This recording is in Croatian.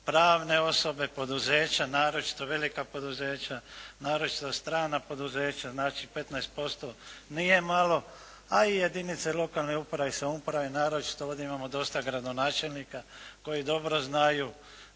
pravne osobe, poduzeća, naročito velika poduzeća, naročito strana poduzeća. Znači, 15% nije malo a i jedinice lokalne uprave i samouprave, naročito ovdje imamo dosta gradonačelnika koji dobro znaju